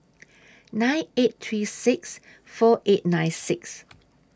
nine eight three six four eight nine six